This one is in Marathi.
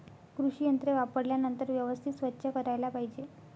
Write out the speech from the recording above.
कृषी यंत्रे वापरल्यानंतर व्यवस्थित स्वच्छ करायला पाहिजे